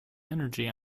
energy